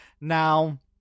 Now